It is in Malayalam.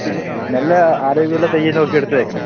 ആ നല്ല ആരോഗ്യം ഉള്ള തൈ നോക്കി എടുത്ത് വെക്കണം